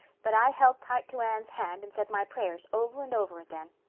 but i held tight to anne's hand and said my prayers over and over again.